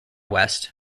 west